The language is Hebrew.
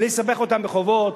בלי לסבך אותם בחובות,